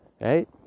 right